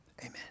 Amen